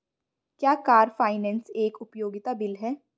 क्या car finance एक उपयोगिता बिल है?